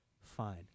Fine